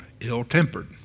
ill-tempered